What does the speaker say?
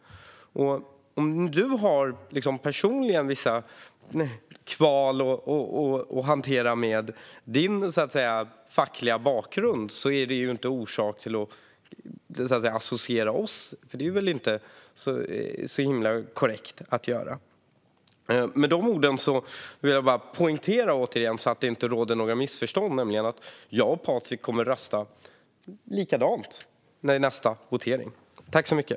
Om du personligen, Patrik Björck, med din fackliga bakgrund har vissa kval när det gäller att hantera detta är det inte någon orsak att associera oss. Det är inte så himla korrekt. Med dessa ord vill jag bara återigen poängtera detta, så att det inte råder några missförstånd: Jag och Patrik kommer att rösta likadant i voteringen.